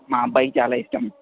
మా అబ్బాయికి చాలా ఇష్టం